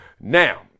Now